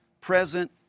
present